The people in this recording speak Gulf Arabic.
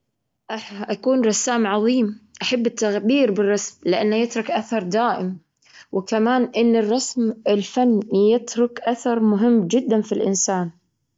أكون رسام عظيم. أحب التغبير بالرسم لأنه يترك أثر دائم. وكمان، إن الرسم الفن يترك أثرامهم جدا في الإنسان.